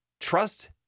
trust